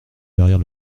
derrière